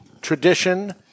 tradition